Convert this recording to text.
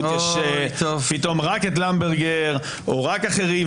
יש פתאום רק את למברגר או רק אחרים,